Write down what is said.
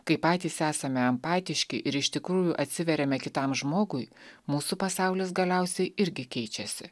kai patys esame empatiški ir iš tikrųjų atsiveriame kitam žmogui mūsų pasaulis galiausiai irgi keičiasi